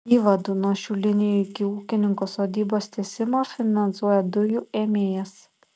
įvadų nuo šių linijų iki ūkininko sodybos tiesimą finansuoja dujų ėmėjas